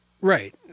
Right